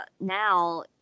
now